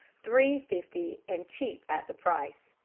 three-fifty, and cheap at the price.